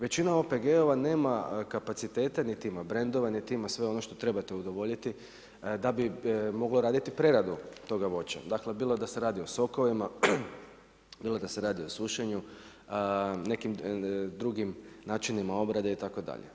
Većina OPG-ova nema kapacitete, niti ima brendove, niti ima sve ono što trebate udovoljiti da bi moglo raditi preradu toga voća dakle, bilo da se radi o sokovima, bilo da se radi o sušenju, nekim drugim načinima obrade itd.